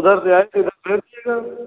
उधर से आएंगे तब भेज दीएगा